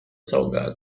salgado